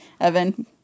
Evan